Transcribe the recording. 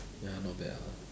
ya not bad ah